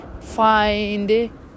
find